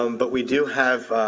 um but we do have.